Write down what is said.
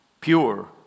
pure